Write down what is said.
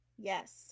Yes